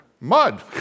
Mud